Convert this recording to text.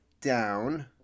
down